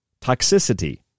toxicity